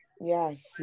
yes